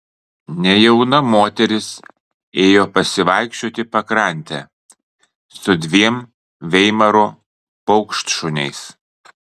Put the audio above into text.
nejauna moteris ėjo pasivaikščioti pakrante su dviem veimaro paukštšuniais